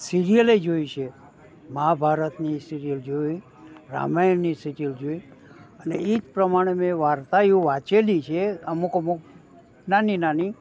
સિરિયલે જોઈ છે મહાભારતની સિરિયલ જોઈ રામાયણની સિરિયલ જોઈ અને એજ પ્રમાણે મેં વાર્તાઓ વાંચેલી છે અમુક અમુક નાની નાની